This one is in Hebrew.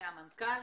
מהמנכ"ל,